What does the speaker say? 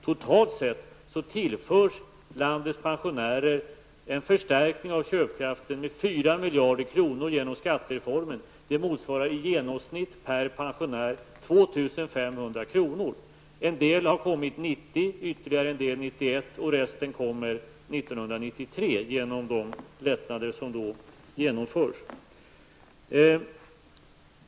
Totalt sett tillförs landets pensionärer en förstärkning av köpkraften med 4 miljarder kronor genom skattereformen. Det motsvarar i genomsnitt 2 500 kr. per pensionär. En del av dessa pengar har kommit 1990, ytterligare en del kommer 1991 och resten kommer 1993 genom de lättnader som då genomförs.